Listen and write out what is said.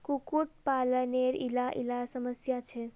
कुक्कुट पालानेर इला इला समस्या छे